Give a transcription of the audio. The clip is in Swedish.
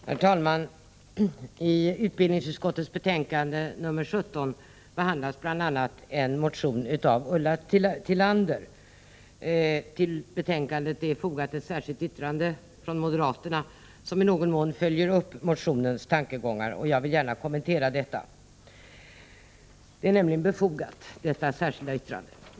Herr talman! I utbildningsutskottets betänkande 17 behandlas bl.a. en motion av Ulla Tillander. Till betänkandet är fogat ett särskilt yttrande från moderaterna, som i någon mån följer upp motionens tankegång, och jag vill gärna kommentera detta. Det särskilda yttrandet är nämligen befogat.